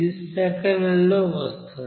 ఇది సెకన్లలో వస్తోంది